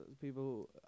people